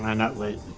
and not lately.